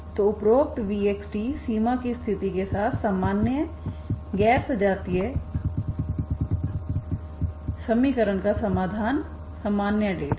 तो उपरोक्त vxt सीमा की स्थिति के साथ सामान्य गैर सजातीय समीकरण का समाधान सामान्य डेटा है